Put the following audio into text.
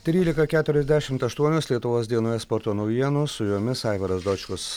trylika keturiasdešimt aštuonios lietuvos dienoje sporto naujienos su jomis aivaras dočkus